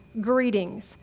greetings